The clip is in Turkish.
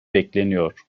bekleniyor